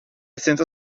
senza